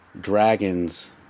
dragons